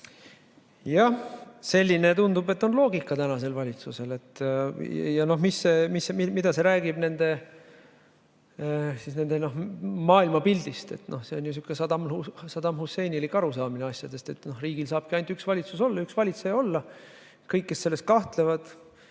Jah, selline, tundub, on loogika tänasel valitsusel. Mida see räägib nende maailmapildist? See on niisugune saddamhusseinilik arusaamine asjadest, et riigil saabki ainult üks valitsus ja üks valitseja olla ja kõik, kes selles kahtlevad,